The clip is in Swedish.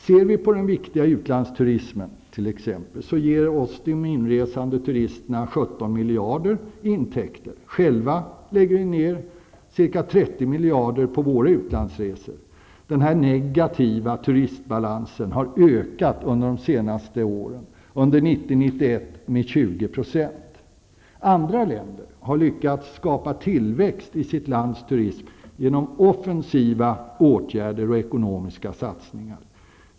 Ser vi på den viktiga utlandsturismen t.ex., kan vi notera att de inresande turisterna ger oss 17 miljarder i intäkter. Själva lägger vi ner ca 30 miljarder på våra utlandsresor. Denna negativa turistbalans har ökat under de senaste åren, under Andra länder har lyckats skapa tillväxt för sin turism genom offensiva åtgärder och ekonomiska satsningar.